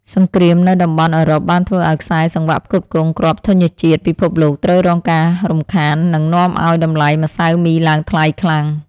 សង្គ្រាមនៅតំបន់អឺរ៉ុបបានធ្វើឱ្យខ្សែសង្វាក់ផ្គត់ផ្គង់គ្រាប់ធញ្ញជាតិពិភពលោកត្រូវរងការរំខាន និងនាំឱ្យតម្លៃម្សៅមីឡើងថ្លៃខ្លាំង។